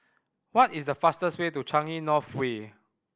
what is the fastest way to Changi North Way